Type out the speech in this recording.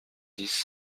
dix